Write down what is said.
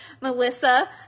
Melissa